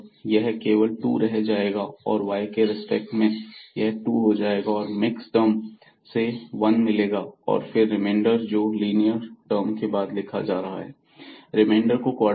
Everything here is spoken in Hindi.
यह केवल 2 रह जाएगा और y के रिस्पेक्ट में यह 2 हो जाएगा और मिक्स टर्म से वन मिलेगा और फिर रिमेंडर जो लिनियर टर्म के बाद लिखा जा रहा है